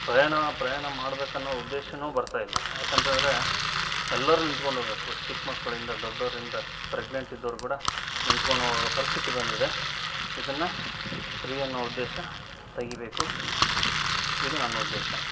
ಪ್ರಯಾಣ ಪ್ರಯಾಣ ಮಾಡ್ಬೇಕನ್ನೋ ಉದ್ದೇಶವೂ ಬರ್ತಾಯಿಲ್ಲ ಯಾಕೆಂತಂದ್ರೆ ಎಲ್ಲರೂ ನಿತ್ಕೊಂಡು ಹೋಗ್ಬೇಕು ಚಿಕ್ಕ ಮಕ್ಳಿಂದ ದೊಡ್ಡೋರಿಂದ ಪ್ರೇಗ್ನೆಂಟ್ ಇದ್ದೋರು ಕೂಡ ನಿಂತ್ಕೊಂಡು ಹೋಗೊ ಪರಿಸ್ತಿತಿ ಬಂದಿದೆ ಇದನ್ನು ಫ್ರೀ ಅನ್ನೋ ಉದ್ದೇಶ ತೆಗಿಬೇಕು ಇದು ನನ್ನ ಉದ್ದೇಶ